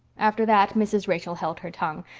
after that mrs. rachel held her tongue,